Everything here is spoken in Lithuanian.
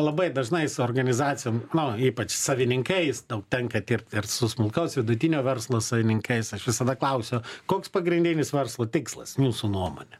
labai dažnai su organizacijom nu ypač savininkais daug tenka dirbt ir su smulkaus vidutinio verslo savininkais aš visada klausiu koks pagrindinis verslo tikslas jūsų nuomone